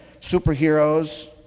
superheroes